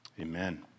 Amen